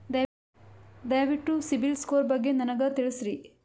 ದಯವಿಟ್ಟು CIBIL score ಬಗ್ಗೆ ನನಗ ತಿಳಸರಿ?